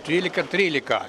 trylika trylika